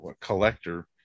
collector